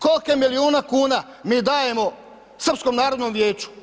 Kolke milijune kuna mi dajemo Srpskom narodnom vijeća?